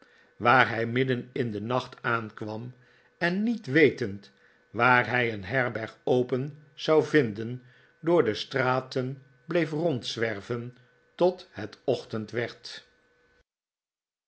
waar hij midden in den nacht aankwam en niet wetend waar hij een herberg open zou vinden door de straten bleef rondzwerven tot het ochtend werd